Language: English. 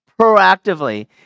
proactively